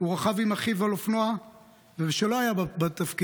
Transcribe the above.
הוא רכב עם אחיו על אופנוע כשלא היה בתפקיד.